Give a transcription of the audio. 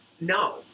no